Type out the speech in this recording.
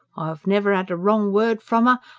i've never ad a wrong word from er,